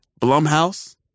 Blumhouse